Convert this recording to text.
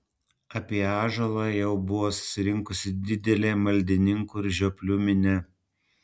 apie ąžuolą jau buvo susirinkusi didelė maldininkų ir žioplių minia